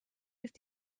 ist